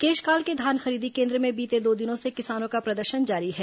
केशकाल के धान खरीदी केन्द्र में बीते दो दिनों से किसानों का प्रदर्शन जारी है